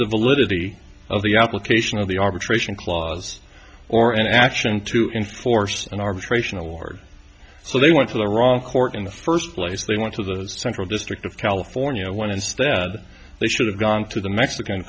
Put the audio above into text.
the validity of the application of the arbitration clause or an action to enforce an arbitration award so they went to the wrong court in the first place they went to the central district of california when instead they should have gone to the mexican